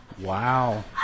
Wow